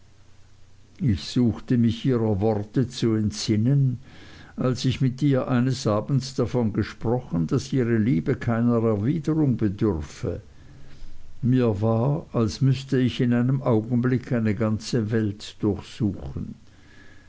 ich suchte mich ihrer worte zu entsinnen als ich mit ihr eines abends davon gesprochen daß ihre liebe keiner erwiderung bedürfe mir war als müßte ich in einem augenblick eine ganze welt durchsuchen